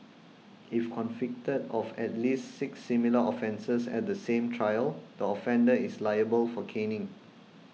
if convicted of at least six similar offences at the same trial the offender is liable for caning